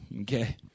Okay